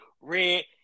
red